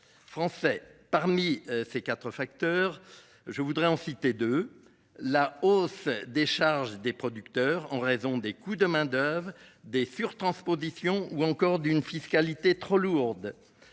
Français, parmi ces 4 facteurs. Je voudrais en citer de la hausse des charges des producteurs en raison des coûts de main-d'oeuvre des surtranspositions ou encore d'une fiscalité trop lourde.